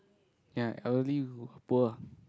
ya elderly poor